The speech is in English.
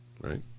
Right